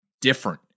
different